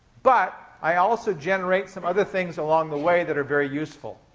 but i also generate some other things along the way that are very useful.